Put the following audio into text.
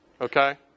okay